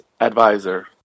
advisor